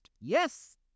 Yes